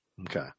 Okay